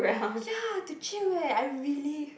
ya the chill eh I really